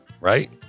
right